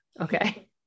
okay